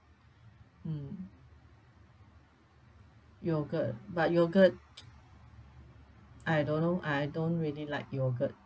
mm yogurt but yogurt I don't know I I don't really like yogurt